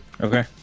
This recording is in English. Okay